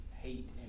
hate